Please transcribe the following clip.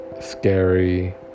scary